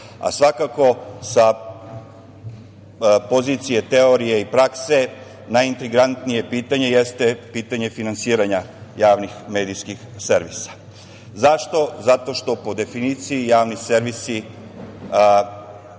a svakako sa pozicije teorije i prakse najintrigantnije pitanje jeste pitanje finansiranja javnih medijskih servisa.Zašto? Zato što po definiciji javnih servisa